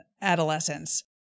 adolescence